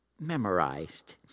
memorized